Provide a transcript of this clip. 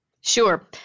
Sure